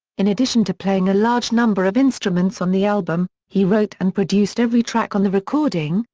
in addition to playing a large number of instruments on the album, he wrote and produced every track on the recording,